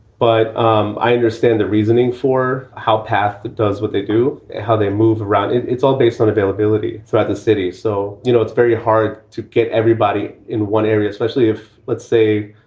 but um i understand the reasoning for how path that does, what they do, how they move around. it's all based on availability throughout the city. so, you know, it's very hard to get everybody in one area, especially if, let's say,